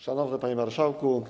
Szanowny Panie Marszałku!